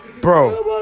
Bro